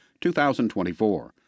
2024